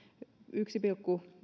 yksi pilkku